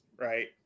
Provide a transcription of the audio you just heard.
right